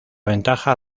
ventaja